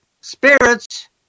spirits